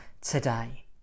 today